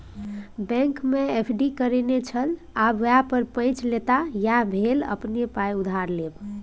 बैंकमे एफ.डी करेने छल आब वैह पर पैंच लेताह यैह भेल अपने पाय उधार लेब